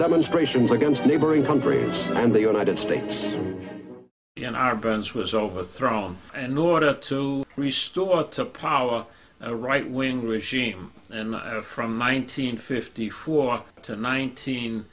demonstrations against neighboring countries and the united states in our bones was overthrown and order to restore to power a right wing regime and i have from nineteen fifty four to nineteen